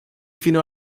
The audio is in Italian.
fino